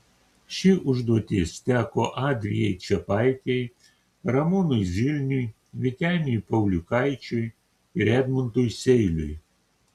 ši užduotis teko adrijai čepaitei ramūnui zilniui vyteniui pauliukaičiui ir edmundui seiliui